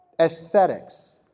Aesthetics